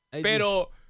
Pero